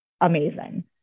amazing